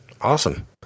Awesome